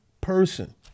person